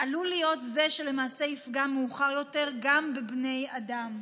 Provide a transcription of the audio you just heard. עלול להיות זה שלמעשה יפגע מאוחר יותר גם בני אדם.